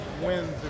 wins